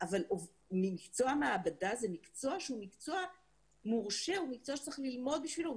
אבל מקצוע מעבדה זה מקצוע שהוא מורשה וצריך ללמוד בשבילו,